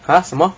!huh! 什么